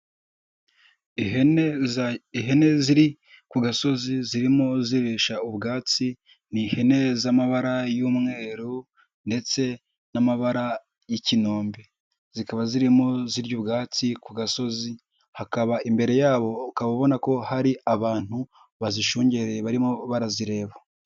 Ihene ihene ziri ku gasozi, zirimo zirisha ubwatsi, ni ihene z'amabara y'umweru ndetse n'amabara y'ikinoombe, zikaba zirimo zirya ubwatsi ku gasozi, hakaba imbere yabo ukaba ubona ko hari abantu bazishungereye barimo barazireba.